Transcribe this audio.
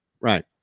right